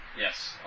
Yes